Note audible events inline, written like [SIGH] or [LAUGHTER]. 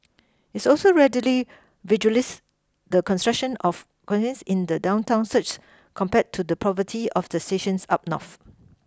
is also readily visualises the concentration of [UNINTELLIGIBLE] in the downtown south compared to the poverty of the stations up north